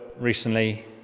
recently